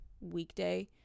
weekday